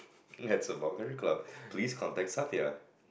at Sembawang country club please contact Sathia